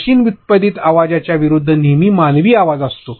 machine व्युत्पादित आवाजाच्या विरूद्ध नेहमीच मानवी आवाज असतो